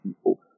people